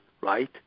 right